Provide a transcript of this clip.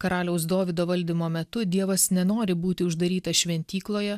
karaliaus dovydo valdymo metu dievas nenori būti uždarytas šventykloje